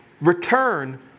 Return